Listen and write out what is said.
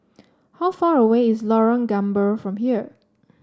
how far away is Lorong Gambir from here